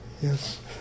Yes